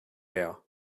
her